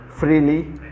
Freely